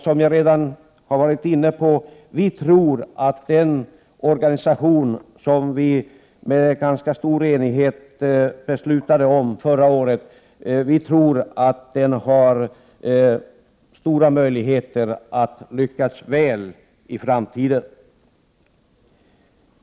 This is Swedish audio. Som jag redan har sagt tror vi i folkpartiet att den organisation som vi med ganska stor enighet fattade beslut om förra året har stora möjligheter att lyckas väl i framtiden.